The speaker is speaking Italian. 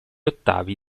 ottavi